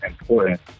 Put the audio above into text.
important